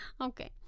Okay